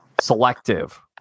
selective